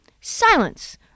Silence